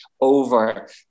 over